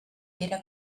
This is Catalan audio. era